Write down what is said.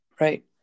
Right